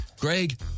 Greg